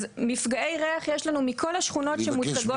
אז מפגעי ריח יש לנו מכל השכונות שמוצגות כאן.